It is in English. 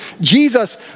Jesus